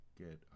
get